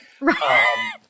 Right